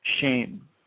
shame